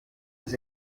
des